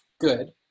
good